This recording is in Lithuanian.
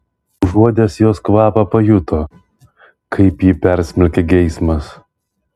užuodęs jos kvapą pajuto kaip jį persmelkia geismas